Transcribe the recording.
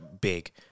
big